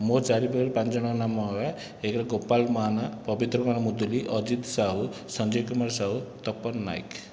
ମୋ ଚାରି ପାଖରେ ପାଞ୍ଚ ଜଣଙ୍କ ନାମ ହେଲା ଏକରେ ଗୋପାଳ ମହାନା ପଵିତ୍ରକୁମାର ମୁଦୁଲି ଅଜିତ ସାହୁ ସଞ୍ଜୟ କୁମାର ସାହୁ ତପନ ନାୟକ